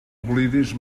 oblidis